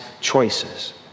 choices